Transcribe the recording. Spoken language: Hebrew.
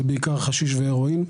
זה בעיקר חשיש והרואין,